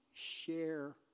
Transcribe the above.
share